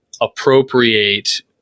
appropriate